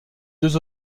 deux